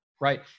Right